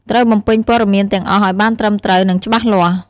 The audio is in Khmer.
ត្រូវបំពេញព័ត៌មានទាំងអស់ឲ្យបានត្រឹមត្រូវ និងច្បាស់លាស់។